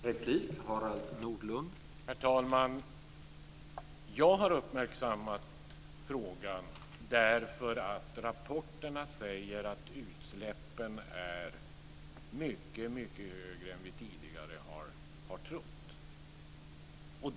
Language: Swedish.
Herr talman! Jag har uppmärksammat frågan därför att rapporterna säger att utsläppen är mycket högre än vi tidigare har trott.